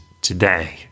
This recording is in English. today